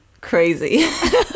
crazy